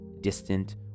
distant